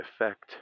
effect